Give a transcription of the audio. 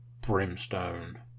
brimstone